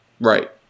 Right